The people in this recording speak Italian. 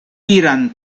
iran